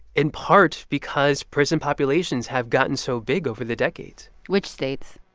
in part because prison populations have gotten so big over the decades which states?